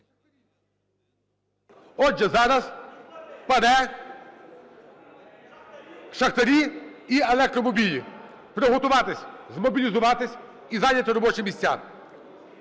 Отже, зараз ПАРЄ, шахтарі і електромобілі. Приготуватися, змобілізуватися і зайняти робочі місця.